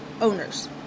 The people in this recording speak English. owners